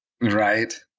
Right